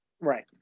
right